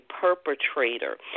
perpetrator